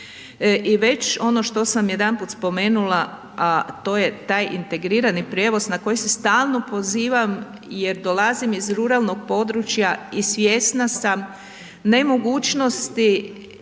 I već ono što sam jedanput spomenula, a to je taj integrirani prijevoz na koji se stalno pozivam jer dolazim iz ruralnog područja i svjesna sam nemogućnosti